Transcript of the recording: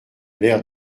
l’air